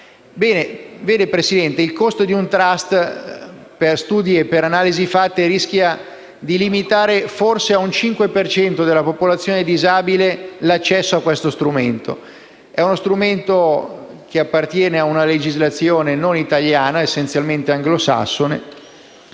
il costo di un *trust*, in base a studi e analisi fatte, rischia di limitare forse al 5 per cento della popolazione disabile l'accesso a questo strumento. È uno strumento che appartiene a una legislazione non italiana, ma essenzialmente anglosassone,